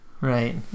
right